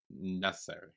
necessary